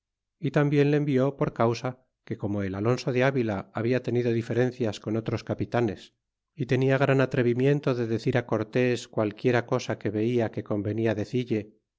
y tambien le envió por causa que como el alonso de avila habia tenido diferencias con otros capitanes y tenia gran atrevimiento de decir cortés qualquiera cosa que vela que convenia decille